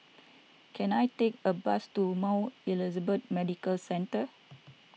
can I take a bus to Mount Elizabeth Medical Centre